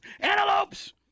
antelopes